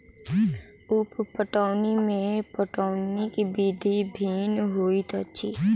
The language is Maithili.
उप पटौनी मे पटौनीक विधि भिन्न होइत अछि